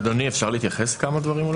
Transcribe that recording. אדוני, אפשר להתייחס לכמה דברים?